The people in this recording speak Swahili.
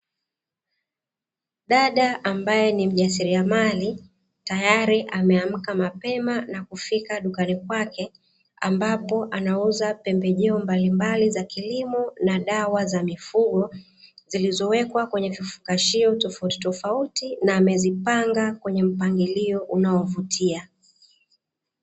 Dada ambaye ni mjasiriamali tayari ameamka mapema na kufika dukani kwake, ambapo anauza pembejeo mbalimbali za kilimo na dawa za mifugo zilizowekwa kwenye vifungashio tofautitofauti na amezipanga kwenye mpangilio unaovutia.